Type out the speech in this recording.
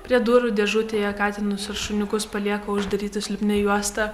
prie durų dėžutėje katinus ir šuniukus palieka uždarytus lipnia juosta